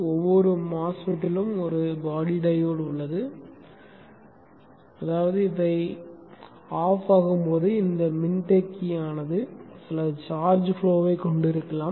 ஒவ்வொரு MOSFET லும் ஒரு பாடி டையோடு உள்ளது அதாவது இவை அணைக்கப்படும் போது இந்த மின்தேக்கியானது சில சார்ஜ் ஃப்ளோவைக் கொண்டிருக்கலாம்